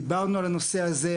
דיברנו על הנושא הזה.